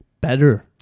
Better